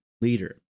leader